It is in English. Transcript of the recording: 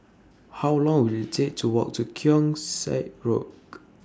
How Long Will IT Take to Walk to Keong Saik Road